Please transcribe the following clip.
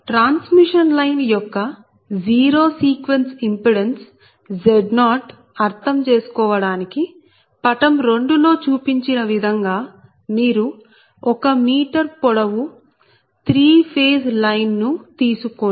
transmission line యొక్క zero sequence impedance Z0 అర్థం చేసుకోవడానికి పటం 2 లో చూపించిన విధంగా మీరు 1m పొడవు 3 ఫేజ్ లైన్ ను తీసుకోండి